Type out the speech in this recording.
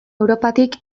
europatik